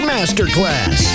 Masterclass